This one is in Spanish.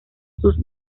sus